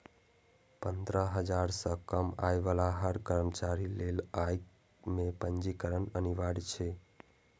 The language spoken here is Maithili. पंद्रह हजार सं कम आय बला हर कर्मचारी लेल अय मे पंजीकरण अनिवार्य छै